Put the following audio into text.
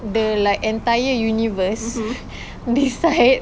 the like entire universe decide